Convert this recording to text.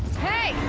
hey!